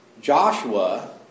Joshua